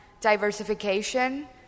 diversification